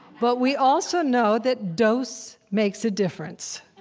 but we also know that dose makes a difference.